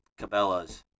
Cabela's